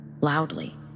Loudly